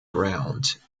ground